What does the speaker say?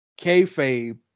kayfabe